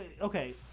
okay